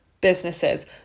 businesses